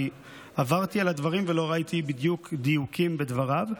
כי עברתי על הדברים ולא בדיוק ראיתי דיוקים בדבריו.